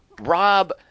Rob